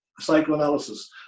psychoanalysis